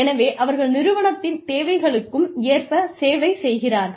எனவே அவர்கள் நிறுவனத்தின் தேவைகளுக்கும் ஏற்ப சேவை செய்கிறார்கள்